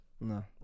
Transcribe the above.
No